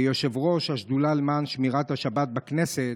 כיושב-ראש השדולה למען שמירת השבת בכנסת,